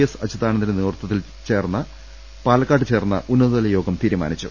S അച്യുതാനന്ദന്റെ നേതൃത്വത്തിൽ പാലക്കാട് ചേർന്ന ഉന്നതതല യോഗം തീരുമാനിച്ചു